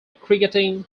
cricketing